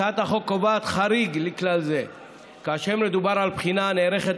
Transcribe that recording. הצעת החוק קובעת חריג לכלל זה כאשר מדובר על בחינה הנערכת